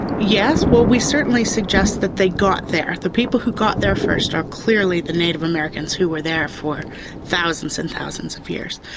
yes, we certainly suggest that they got there. the people who got there first are clearly the native americans who were there for thousands and thousands of years,